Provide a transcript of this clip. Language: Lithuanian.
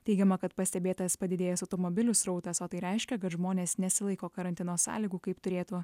teigiama kad pastebėtas padidėjęs automobilių srautas o tai reiškia kad žmonės nesilaiko karantino sąlygų kaip turėtų